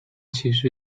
其实